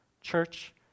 Church